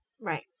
Right